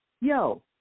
yo